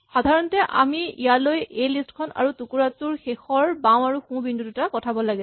সাধাৰণতে আমি ইয়ালৈ এ লিষ্ট খন আৰু টুকুৰাটোৰ শেষৰ বাওঁ আৰু সোঁ বিন্দু দুটা পঠাব লাগে